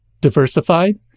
diversified